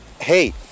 hey